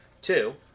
Two